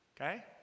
Okay